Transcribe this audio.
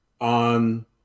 On